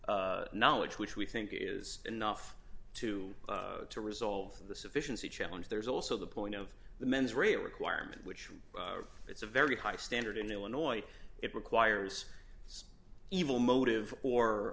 knowledge which we think is enough to to resolve the sufficiency challenge there's also the point of the men's rate requirement which it's a very high standard in illinois it requires evil motive